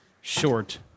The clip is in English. short